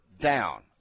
down